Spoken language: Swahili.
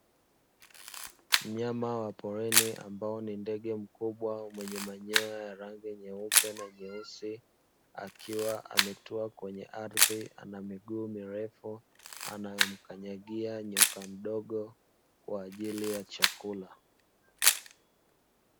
Mnyama wa porini ambao ni ndege mkubwa mwenye manyoya ya rangi nyeupe na nyeusi, akiwa ametua kwenye ardhi; ana miguu mirefu anamkanyagia nyoka mdogo kwa ajili ya chakula.